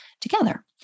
together